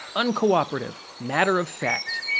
uncooperative, matter of fact.